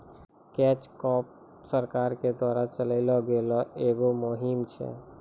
catch कॉर्प सरकार के द्वारा चलैलो गेलो एक मुहिम छै